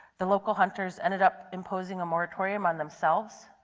the local hunters ended up imposing a moratorium on themselves.